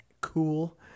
cool